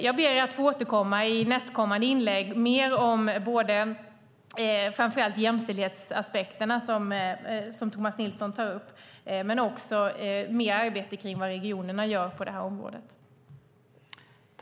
Jag ber att få återkomma i nästkommande inlägg om jämställdhetsaspekterna, som Tomas Nilsson tar upp, och ta upp mer om regionernas arbete på området.